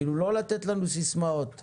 לא לתת לנו סיסמאות.